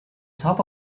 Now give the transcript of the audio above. top